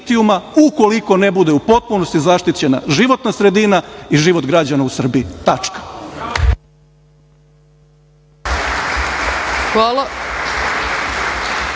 ukoliko ne bude u potpunosti zaštićena životna sredina i život građana u Srbiji. Tačka.